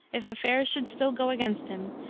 if affairs should still go against him,